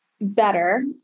better